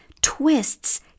Twists